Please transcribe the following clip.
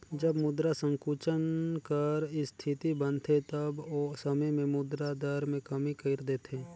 जब मुद्रा संकुचन कर इस्थिति बनथे तब ओ समे में मुद्रा दर में कमी कइर देथे